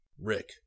rick